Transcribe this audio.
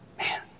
Man